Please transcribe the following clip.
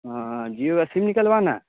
ہاں جیو کا سم نکلوانا ہے